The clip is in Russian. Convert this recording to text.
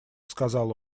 сказал